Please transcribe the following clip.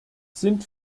sind